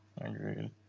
Agreed